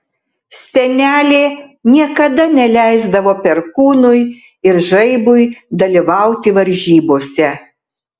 senelė niekada neleisdavo perkūnui ir žaibui dalyvauti varžybose